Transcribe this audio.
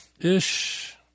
ish